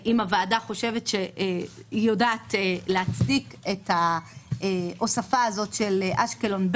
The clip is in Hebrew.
אם הוועדה חושבת שהיא יודעת להצדיק את ההוספה הזאת של אשקלון,